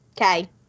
Okay